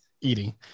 eating